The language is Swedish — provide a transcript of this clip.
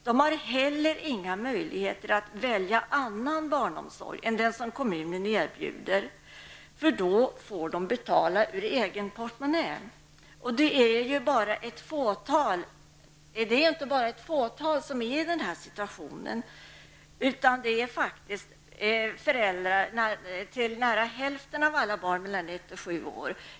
De har inte heller några möjligheter att välja annan barnomsorg än den som kommunen erbjuder, eftersom de då får betala allt ur egen portmonnä. Det är inte bara ett fåtal som befinner sig i denna situation, utan det är föräldrar till nära hälften av alla barn mellan ett och sju år.